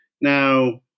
Now